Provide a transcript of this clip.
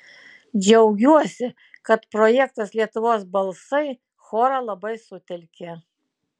džiaugiuosi kad projektas lietuvos balsai chorą labai sutelkė